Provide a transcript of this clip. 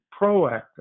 proactive